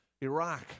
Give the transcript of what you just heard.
Iraq